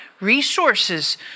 resources